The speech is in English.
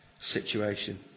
situation